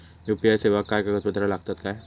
UPI सेवाक काय कागदपत्र लागतत काय?